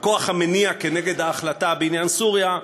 הכוח המניע כנגד ההחלטה בעניין סוריה,